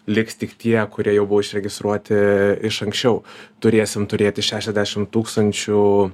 liks tik tie kurie jau buvo išregistruoti iš anksčiau turėsim turėti šešiasdešim tūkstančių